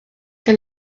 que